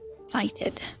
excited